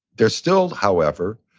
there's still, however,